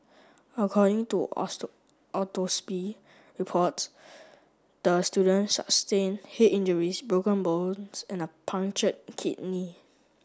according to reports the student sustained head injuries broken bones and a punctured kidney